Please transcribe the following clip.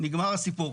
נגמר הסיפור,